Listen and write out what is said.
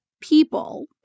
people